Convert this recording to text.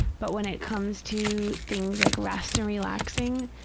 but when it comes to things like rest and relaxing,